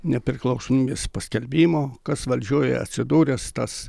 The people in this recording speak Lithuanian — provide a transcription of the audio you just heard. nepriklausomybės paskelbimo kas valdžioje atsidūręs tas